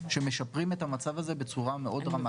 שמשפרים את המצב הזה בצורה מאוד דרמטית.